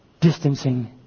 distancing